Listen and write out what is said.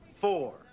four